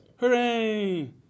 Hooray